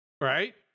Right